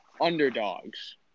underdogs